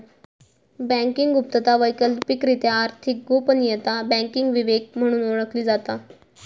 banking गुप्तता, वैकल्पिकरित्या आर्थिक गोपनीयता, बँकिंग विवेक म्हणून ओळखली जाता